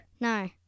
No